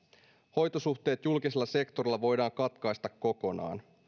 hoitosuhteet julkisella sektorilla voidaan katkaista kokonaan